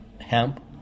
hemp